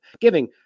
giving